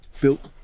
built